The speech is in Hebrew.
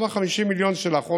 גם ה-50 מיליון שלך,